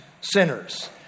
sinners